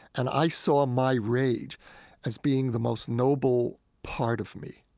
and i saw my rage as being the most noble part of me.